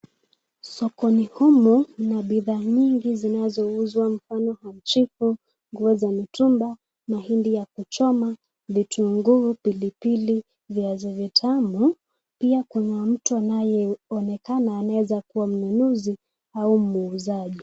Sokoni humu mna bidhaa nyingi zinazouzwa kwa mfano hanchifu, nguo za mitumba, mahindi ya kuchoma, vitunguu, pilipili, viazi vitamu. Pia kuna mtu anayeonekana anaweza kuwa mnunuzi au muuzaji.